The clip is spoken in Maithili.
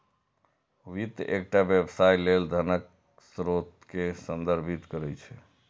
वित्त एकटा व्यवसाय लेल धनक स्रोत कें संदर्भित करै छै